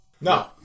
No